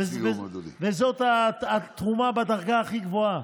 וזאת התרומה בדרגה הכי גבוהה,